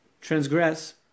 transgress